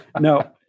No